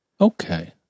Okay